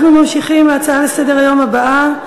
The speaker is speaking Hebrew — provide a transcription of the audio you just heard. אנחנו ממשיכים להצעות הבאות לסדר-היום,